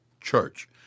Church